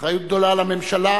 אחריות גדולה לממשלה,